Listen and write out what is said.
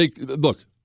Look